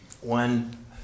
one